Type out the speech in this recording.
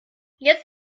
jetzt